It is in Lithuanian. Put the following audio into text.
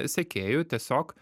sekėjų tiesiog